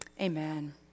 Amen